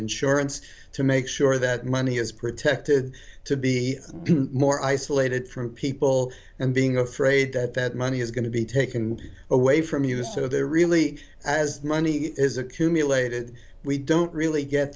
insurance to make sure that money is protected to be more isolated from people and being afraid that that money is going to be taken away from you so they're really as money is accumulated we don't really get